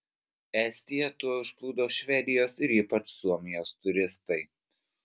estiją tuoj užplūdo švedijos ir ypač suomijos turistai